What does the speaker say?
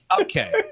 Okay